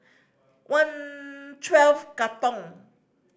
One Twelve Katong